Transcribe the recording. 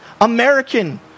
American